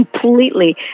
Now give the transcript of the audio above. completely